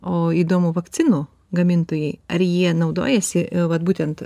o įdomu vakcinų gamintojai ar jie naudojasi vat būtent